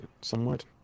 somewhat